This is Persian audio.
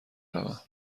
روم